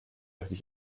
richtig